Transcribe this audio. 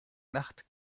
nacht